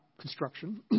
construction